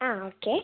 അ okay